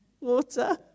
water